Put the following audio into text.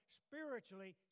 spiritually